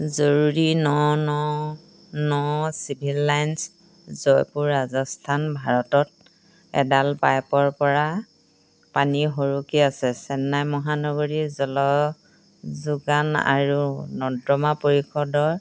জৰুৰী ন ন ন চিভিল লাইন্স জয়পুৰ ৰাজস্থান ভাৰতত এডাল পাইপৰ পৰা পানী সৰকি আছে চেন্নাই মহানগৰী জল যোগান আৰু নৰ্দমা পৰিষদৰ